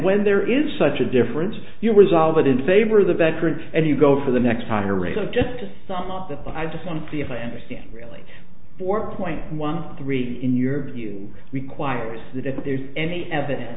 when there is such a difference you resolve it in favor of the veteran and you go for the next higher rate of just some of that but i just want to see if i can see really four point one three in your view requires that if there is any evidence